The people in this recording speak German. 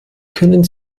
können